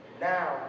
Now